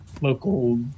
local